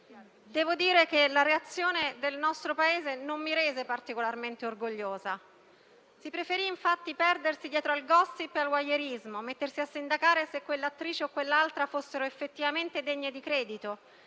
in Italia, la reazione del nostro Paese non mi rese particolarmente orgogliosa. Si preferì infatti perdersi dietro al *gossip* e al voyeurismo e mettersi a sindacare se quella attrice o quell'altra fossero effettivamente degne di credito,